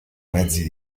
mezzi